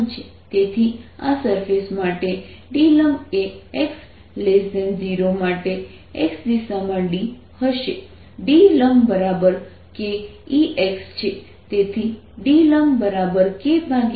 તેથી આ સરફેસ માટે D લંબ એ x0 માટે x દિશામાં D હશે DkEx છે તેથી D k4π0 q2 y2z2d232છે